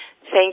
thank